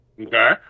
okay